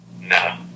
No